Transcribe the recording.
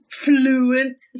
fluent